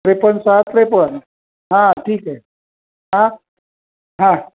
त्रेपन्न सहा त्रेपन्न हा ठीक आहे हा हा